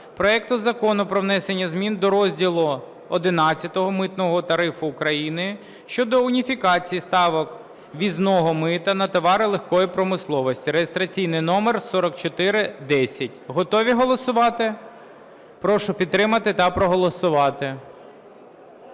проекту Закону про внесення змін до розділу ХІ Митного тарифу України щодо уніфікації ставок ввізного мита на товари легкої промисловості (реєстраційний номер 4410). Готові голосувати? Прошу підтримати та проголосувати.